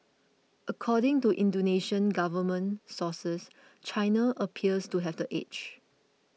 according to Indonesian government sources China appears to have the edge